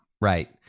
right